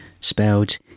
spelled